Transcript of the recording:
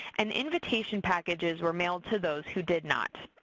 and invitation packages were mailed to those who did not.